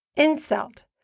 insult